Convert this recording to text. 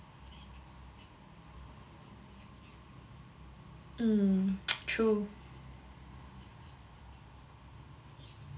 mm true